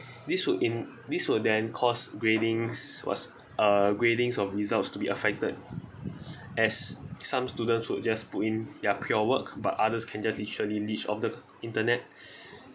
this would in this will then cause gradings was uh grading of results to be affected as some students would just put in their pure work but others can just literally leech off the internet